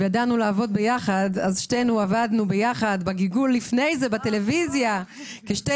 וידענו לעבוד ביחד שתי עבדנו ביחד בטלוויזיה כשתי